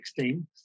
2016